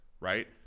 right